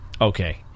okay